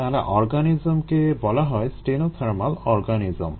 তাহলে এই অর্গানিজমকে বলা হয় স্টেনোথার্মাল অর্গানিজম